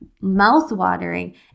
mouth-watering